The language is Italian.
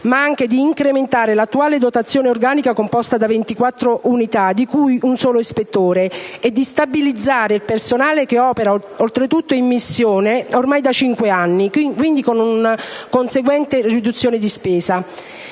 ma anche ad incrementare l'attuale dotazione organica, composta da 24 unità, di cui un solo ispettore, e a stabilizzare il personale che opera, oltretutto in missione, ormai da cinque anni (quindi, con una conseguente riduzione di spesa).